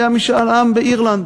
היה משאל עם באירלנד.